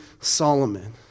Solomon